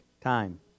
Time